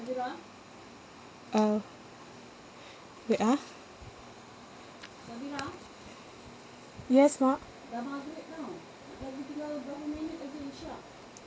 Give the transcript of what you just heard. uh wait ah yes mum